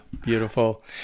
Beautiful